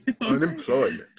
Unemployment